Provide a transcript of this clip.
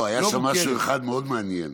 לא מוכרת.